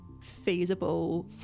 feasible